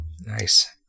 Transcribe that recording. Nice